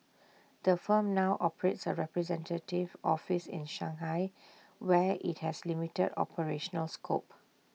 the firm now operates A representative office in Shanghai where IT has limited operational scope